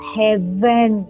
heaven